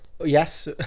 Yes